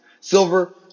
Silver